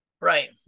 Right